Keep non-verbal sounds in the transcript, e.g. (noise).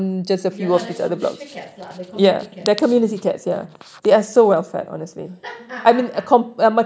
ya lah that's called district cats lah they're called community cats we call them (laughs)